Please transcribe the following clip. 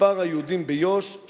מספר היהודים ביהודה